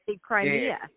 Crimea